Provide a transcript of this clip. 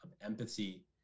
empathy